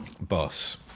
boss